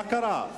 מה קרה?